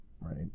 right